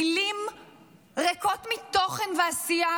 מילים ריקות מתוכן ועשייה,